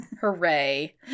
Hooray